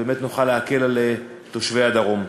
ובאמת נוכל להקל על תושבי הדרום.